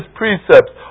precepts